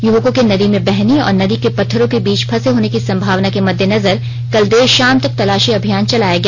युवकों के नदी में बहने और नदी के पत्थरों के बीच फंसे होने की संभावना के मद्देनजर कल देर शाम तक तलाशी अभियान चलाया गया